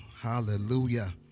Hallelujah